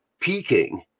peaking